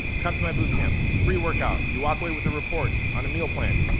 come to my boot camp, free workout, you walk away with a report on a meal plan.